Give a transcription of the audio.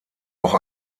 auch